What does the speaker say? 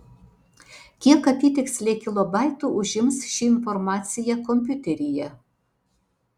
kiek apytiksliai kilobaitų užims ši informacija kompiuteryje